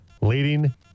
leading